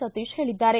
ಸತೀಶ್ ಹೇಳಿದ್ದಾರೆ